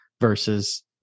versus